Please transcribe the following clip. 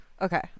okay